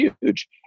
huge